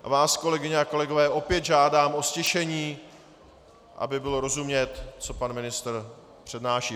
A vás, kolegyně a kolegové, opět žádám o ztišení, aby bylo rozumět, co pan ministr přednáší.